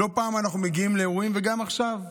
לא פעם אנחנו מגיעים לאירועים, וגם עכשיו,